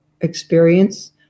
experience